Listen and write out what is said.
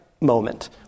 moment